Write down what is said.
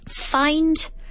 Find